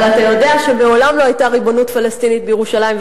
אבל אתה יודע שמעולם לא היתה ריבונות פלסטינית בירושלים,